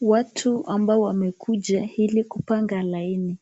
Watu ambao wamekuja ili kupanga laini.